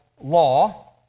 law